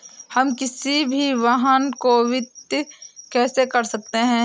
हम किसी भी वाहन को वित्त कैसे कर सकते हैं?